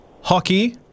hockey